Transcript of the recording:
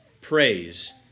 Praise